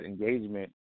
engagement